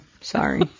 sorry